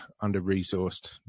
under-resourced